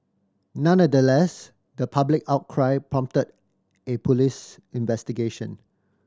nonetheless the public outcry prompted a police investigation